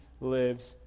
lives